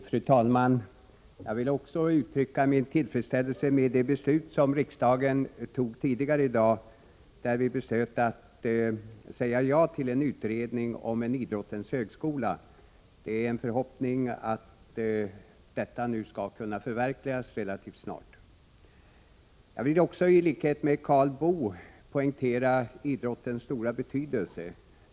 Fru talman! Även jag vill uttrycka min tillfredsställelse med det beslut som riksdagen fattade tidigare i dag om att säga ja till en utredning om en idrottens högskola. Min förhoppning är att en sådan skola skall kunna förverkligas relativt snart. I likhet med Karl Boo vill jag också poängtera idrottens stora betydelse.